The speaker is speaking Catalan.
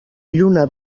lluna